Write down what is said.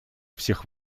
всех